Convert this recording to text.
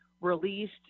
released